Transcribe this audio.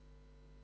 זוכר.